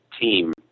team